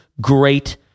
great